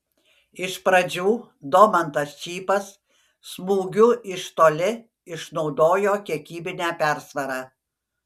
iš pradžių domantas čypas smūgiu iš toli išnaudojo kiekybinę persvarą